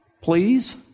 please